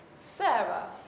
Sarah